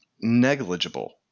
negligible